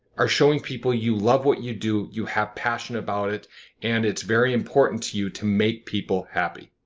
are showing people you love what you do. you have passionate about it and it's very important to you to make people happy.